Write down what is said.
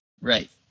Right